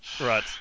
right